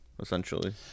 essentially